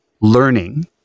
learning